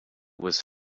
was